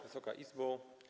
Wysoka Izbo!